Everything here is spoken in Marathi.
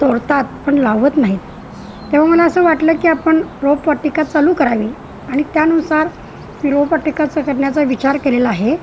तोडतात पण लावत नाहीत तेव्हा मला असं वाटलं की आपण रोपवाटिका चालू करावी आणि त्यानुसार रोपवाटिकाचं करण्याचा विचार केलेला आहे